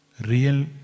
Real